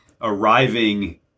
arriving